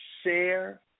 share